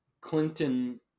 Clinton